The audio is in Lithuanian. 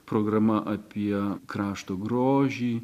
programa apie krašto grožį